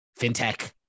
FinTech